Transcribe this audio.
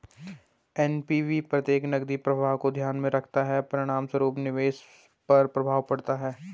NPV प्रत्येक नकदी प्रवाह को ध्यान में रखता है, परिणामस्वरूप निवेश पर प्रभाव पड़ता है